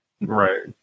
Right